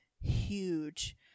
huge